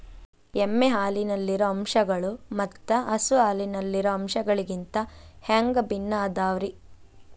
ಎಮ್ಮೆ ಹಾಲಿನಲ್ಲಿರೋ ಅಂಶಗಳು ಮತ್ತ ಹಸು ಹಾಲಿನಲ್ಲಿರೋ ಅಂಶಗಳಿಗಿಂತ ಹ್ಯಾಂಗ ಭಿನ್ನ ಅದಾವ್ರಿ?